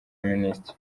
minister